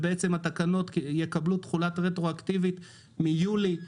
יקבלו תחולה רטרואקטיבית מיולי 2021,